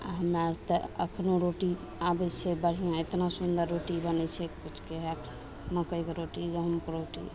आओर हमरा अर तऽ एखनो रोटी आबय छै बढ़िआँ एतना सुन्दर रोटी बनय छै किछु कहए मकइके रोटी गहूँमके रोटी